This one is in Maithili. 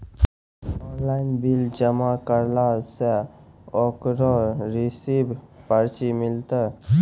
ऑनलाइन बिल जमा करला से ओकरौ रिसीव पर्ची मिलतै?